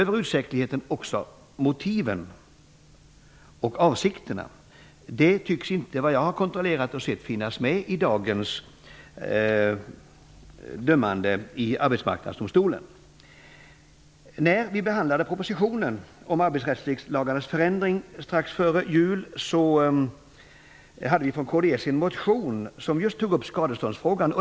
Detta tycks, enligt vad jag har kunnat se, inte finnas med i dagens dömande i När vi strax före jul behandlade propositionen om de arbetsrättsliga lagarnas förändring, behandlades även en kds-motion, som just tog upp skadeståndsfrågan.